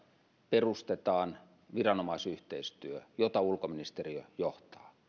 perustetaan viranomaisyhteistyö jota ulkoministeriö johtaa